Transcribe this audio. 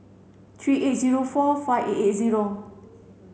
three eight zero four five eight eight zero